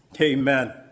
Amen